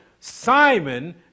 Simon